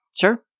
Sure